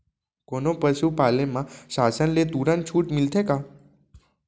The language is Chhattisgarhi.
कोनो पसु पाले म शासन ले तुरंत छूट मिलथे का?